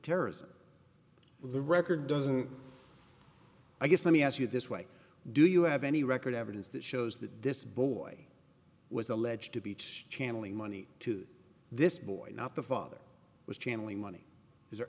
terrorism with the record doesn't i guess let me ask you this way do you have any record evidence that shows that this boy was alleged to be channeling money to this boy not the father was channeling money is there